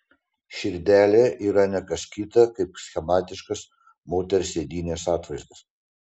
širdelė yra ne kas kita kaip schematiškas moters sėdynės atvaizdas